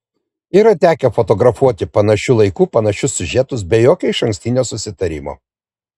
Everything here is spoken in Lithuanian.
yra tekę fotografuoti panašiu laiku panašius siužetus be jokio išankstinio susitarimo